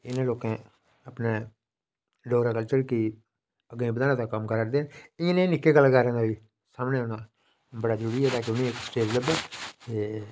इ'नें लोकें अपनै डोगरा कल्चर गी अग्गें बधाने दा कम्म करै दे न इ'यै नेह् निक्के कलाकारें दा बी सामने औना जरूरी ऐ ताकि उ'नें स्टेज लब्भन